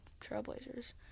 Trailblazers